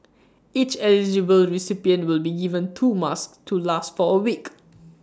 each eligible recipient will be given two masks to last for A week